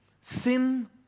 sin